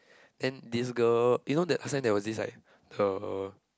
then this girl you know that last time there was this like the